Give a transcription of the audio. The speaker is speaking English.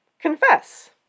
confess